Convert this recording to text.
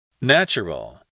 Natural